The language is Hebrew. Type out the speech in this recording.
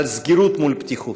על סגירות מול פתיחות.